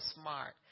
smart